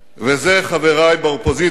וזה, חברי באופוזיציה,